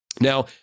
Now